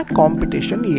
competition